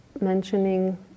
mentioning